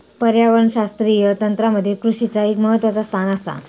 पर्यावरणशास्त्रीय तंत्रामध्ये कृषीचा एक महत्वाचा स्थान आसा